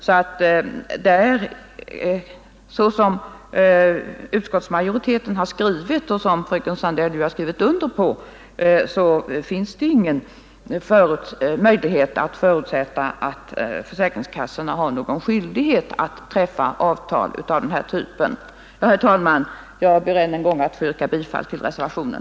Som utskottsmajoriteten har skrivit — vilket fröken Sandell har varit med om — finns det alltså ingen möjlighet att förutsätta att försäkringskassorna har någon skyldighet att träffa avtal av den här typen. Herr talman! Jag ber än en gång att få yrka bifall till reservationen.